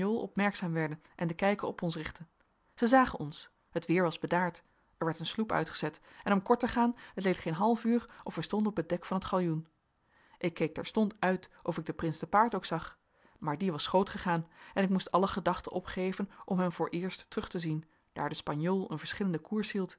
opmerkzaam werden en den kijker op ons richtten zij zagen ons het weer was bedaard er werd een sloep uitgezet en om kort te gaan het leed geen half uur of wij stonden op het dek van het galjoen ik keek terstond uit of ik den prins te paard ook zag maar die was schoot gegaan en ik moest alle gedachten opgeven om hem vooreerst terug te zien daar de spanjool een verschillenden koers hield